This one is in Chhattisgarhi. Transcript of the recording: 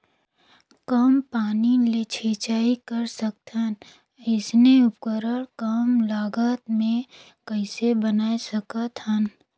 कम पानी ले सिंचाई कर सकथन अइसने उपकरण कम लागत मे कइसे बनाय सकत हन?